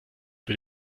für